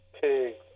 pigs